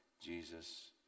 Jesus